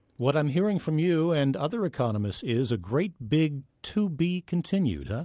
what i'm hearing from you and other economists is a great big to be continued, huh?